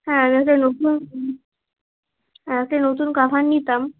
হ্যাঁ আমি একটা নতুন আর একটা নতুন কভার নিতাম